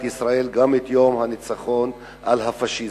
ישראל גם את יום הניצחון על הפאשיזם,